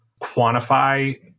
quantify